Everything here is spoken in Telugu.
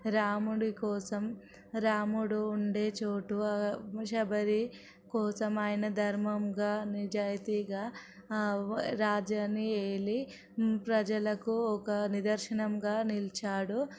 రాముడి కోసం రాముడు ఉండే చోటు శబరి కోసం ఆయన ధర్మంగా నిజాయితీగా రాజ్యాన్ని ఏలి ప్రజలకు ఒక నిదర్శనంగా నిలిచాడు